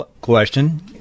question